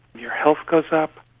your health goes up,